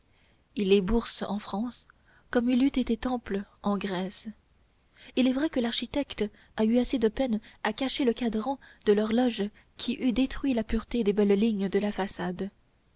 il est bourse en france comme il eût été temple en grèce il est vrai que l'architecte a eu assez de peine à cacher le cadran de l'horloge qui eût détruit la pureté des belles lignes de la façade